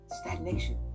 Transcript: stagnation